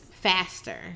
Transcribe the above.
Faster